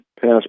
pass